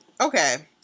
Okay